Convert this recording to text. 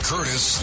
Curtis